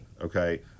okay